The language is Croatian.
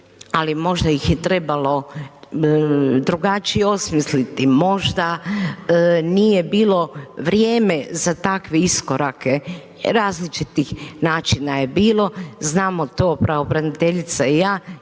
ali možda ih je trebalo drugačije osmisliti, možda nije bilo vrijeme za takve iskorake, različitih načina je bilo, znamo to pravobraniteljica i ja